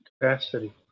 capacity